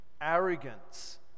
arrogance